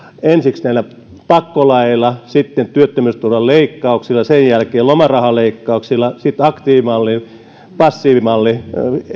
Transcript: ensiksi näillä pakkolaeilla sitten työttömyysturvan leikkauksilla sen jälkeen lomarahan leikkauksilla sitten aktiivimalli passiivimalli